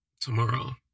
tomorrow